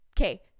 Okay